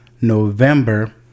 November